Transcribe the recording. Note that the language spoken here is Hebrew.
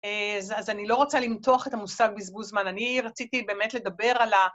אה, אז אז אני לא רוצה למתוח את המושג בזבוז זמן, אני רציתי באמת לדבר על ה...